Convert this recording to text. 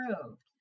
approved